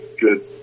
good